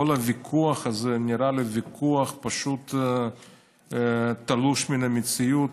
כל הוויכוח הזה נראה לי פשוט תלוש מן המציאות.